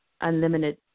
unlimited